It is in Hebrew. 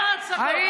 עם ההצגות.